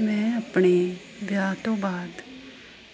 ਮੈਂ ਆਪਣੇ ਵਿਆਹ ਤੋਂ ਬਾਅਦ